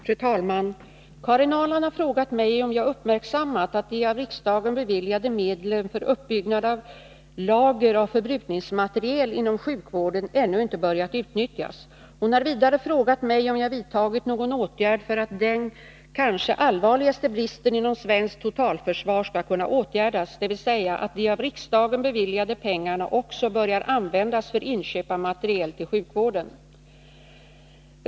Fru talman! Karin Ahrland har frågat mig om jag uppmärksammat att de av riksdagen beviljade medlen för uppbyggnad av lager av förbrukningsmateriel inom sjukvården ännu inte börjat utnyttjas. Hon har vidare frågat mig om jag vidtagit någon åtgärd för att den kanske allvarligaste bristen inom svenskt totalförsvar skall kunna åtgärdas, dvs. att de av riksdagen beviljade pengarna också börjar användas för inköp av materiel till sjukvården.